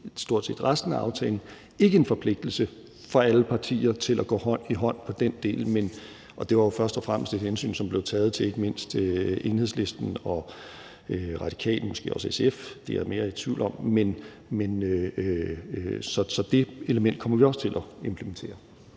stort set resten af aftalen ikke er en forpligtelse for alle partier til at gå hånd i hånd om den del. Det var jo først og fremmest et hensyn, som blev taget til ikke mindst Enhedslisten og Radikale – måske også SF, det er jeg mere i tvivl om – og det element kommer vi også til at implementere.